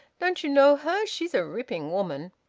don't you know her? she's a ripping woman.